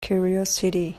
curiosity